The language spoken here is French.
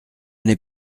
n’est